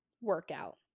workout